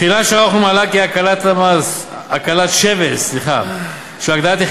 בחינה שערכנו מעלה כי הקלת-שבס להגדלת מספר